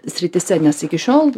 srityse nes iki šiol